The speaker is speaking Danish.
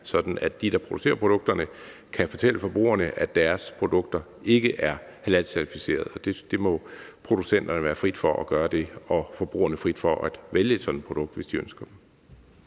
at de, der producerer produkterne, kan fortælle forbrugerne, at deres produkter ikke er halalcertificerede. Og det må stå producenterne frit for at gøre, og det må stå forbrugerne frit for at vælge et sådant produkt, hvis de ønsker det.